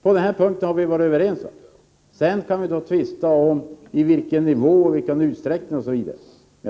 Vi har varit överens om behovet av ett sådant, även om vi naturligtvis kan ha tvistat om på vilken nivå stödet skall ligga, i vilken utsträckning det skall tillämpas, osv.